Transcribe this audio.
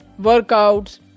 workouts